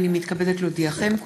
הינני מתכבדת להודיעכם,